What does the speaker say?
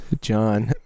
John